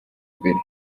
mbere